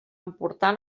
emportar